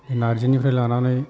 नार्जिनिफ्राय लानानै